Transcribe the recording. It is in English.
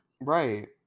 Right